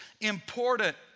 important